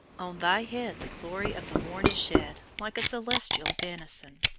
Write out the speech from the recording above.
on thy head the glory of the morn is shed, like a celestial benison!